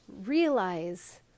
realize